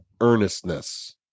earnestness